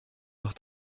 noch